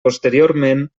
posteriorment